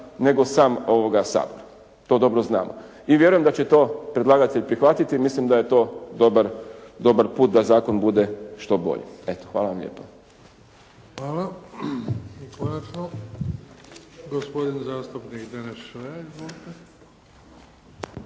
nego sam Sabor. To dobro znamo. I vjerujem da će to predlagatelj prihvatiti. Mislim da je to dobar put da zakon bude što bolji. Eto hvala vam lijepa. **Bebić, Luka (HDZ)** Hvala. I konačno gospodin zastupnik Deneš Šoja. Izvolite.